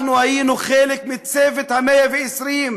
אנחנו היינו חלק מצוות ה-120,